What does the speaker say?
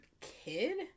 kid